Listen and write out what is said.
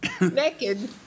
naked